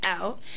out